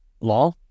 law